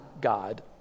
God